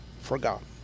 forgotten